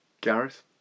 Gareth